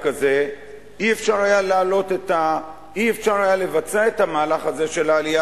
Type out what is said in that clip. הזה לא היה אפשר לבצע את המהלך הזה של העלייה,